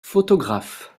photographe